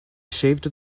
shaved